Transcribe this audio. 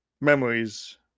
Memories